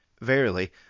Verily